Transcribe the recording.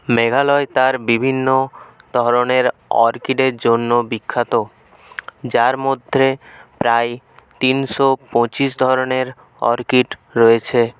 মেঘালয় তার বিভিন্ন ধরনের অর্কিডের জন্য বিখ্যাত যার মধ্যে প্রায় তিনশো পঁচিশ ধরনের অর্কিড রয়েছে